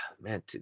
man